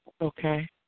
Okay